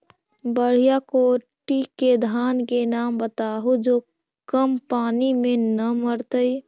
बढ़िया कोटि के धान के नाम बताहु जो कम पानी में न मरतइ?